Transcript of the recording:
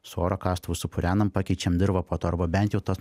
su oro kastuvu supurenam pakeičiam dirvą po to arba bent jau tas